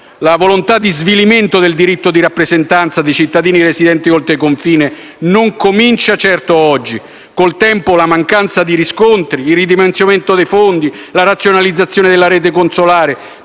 La volontà di svilimento del diritto di rappresentanza dei cittadini residenti oltre confini non comincia certo oggi. La mancanza di riscontri, il ridimensionamento dei fondi, la razionalizzazione della rete consolare